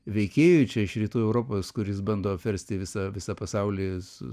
veikėjui čia iš rytų europos kuris bando apversti visą visą pasaulį su